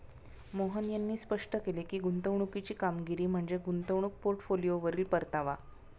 मोहन यांनी स्पष्ट केले की, गुंतवणुकीची कामगिरी म्हणजे गुंतवणूक पोर्टफोलिओवरील परतावा